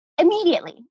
immediately